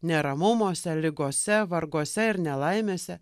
neramumuose ligose varguose ir nelaimėse